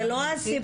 זה לא הסוגייה.